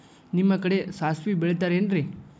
ನಿಮ್ಮ ಕಡೆ ಸಾಸ್ವಿ ಬೆಳಿತಿರೆನ್ರಿ?